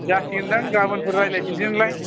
जासिगोनदां गाबोनफोर रायलायफिनगोनलाय